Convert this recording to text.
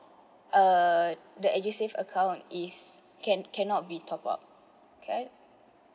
uh that edusave account is can cannot be top up can I